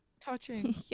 Touching